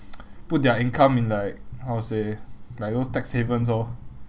put their income in like how to say like those tax havens orh